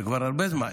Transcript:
היום, וכבר הרבה זמן,